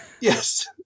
Yes